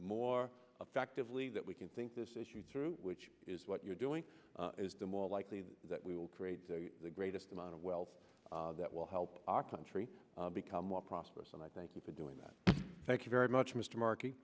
more effectively that we can think this issue through which is what you're doing is the more likely that we will create the greatest amount of wealth that will help our country become more prosperous and i thank you for doing that thank you very much mr marke